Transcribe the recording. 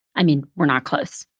i mean we're not close,